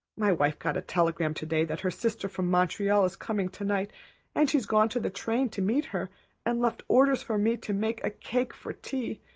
my wife got a telegram today that her sister from montreal is coming tonight and she's gone to the train to meet her and left orders for me to make a cake for tea.